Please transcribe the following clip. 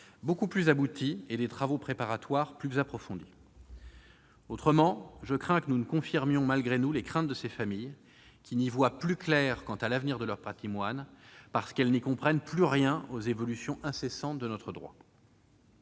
beaucoup plus aboutie et des travaux préparatoires plus approfondis. À défaut, je crains que nous ne confirmions, malgré nous, les craintes de ces familles qui n'y voient plus clair quant à l'avenir de leur patrimoine parce qu'elles ne comprennent plus rien aux évolutions incessantes de notre droit.